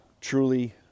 truly